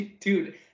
Dude